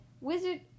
Wizard